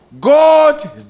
God